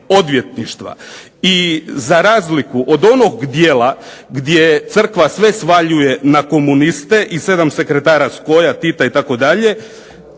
I za razliku od onog dijela gdje crkva sve svaljuje na komuniste i 7 sekretara skoja, Tita itd.